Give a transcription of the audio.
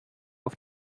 auf